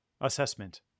Assessment